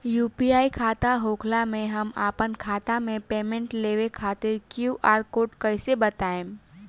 UPI खाता होखला मे हम आपन खाता मे पेमेंट लेवे खातिर क्यू.आर कोड कइसे बनाएम?